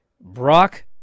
Brock